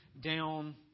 down